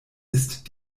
ist